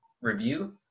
review